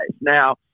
Now